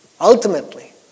ultimately